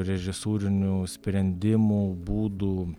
režisūrinių sprendimų būdų